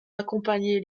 accompagné